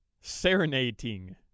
Serenading